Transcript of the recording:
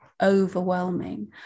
overwhelming